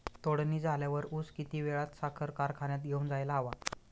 तोडणी झाल्यावर ऊस किती वेळात साखर कारखान्यात घेऊन जायला हवा?